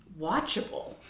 watchable